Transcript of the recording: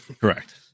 Correct